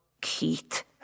Keith